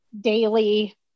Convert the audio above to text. daily